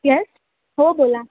yes हो बोला